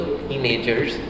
teenagers